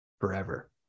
forever